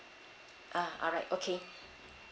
uh alright okay